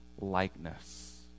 likeness